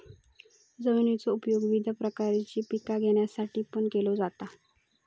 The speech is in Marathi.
जमिनीचो उपयोग विविध प्रकारची पिके घेण्यासाठीपण केलो जाता